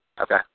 Okay